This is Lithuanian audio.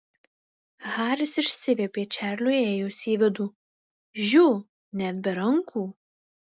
haris išsiviepė čarliui įėjus į vidų žiū net be rankų